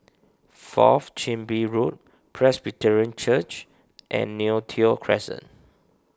Fourth Chin Bee Road Presbyterian Church and Neo Tiew Crescent